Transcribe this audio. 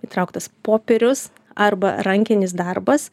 įtrauktas popierius arba rankinis darbas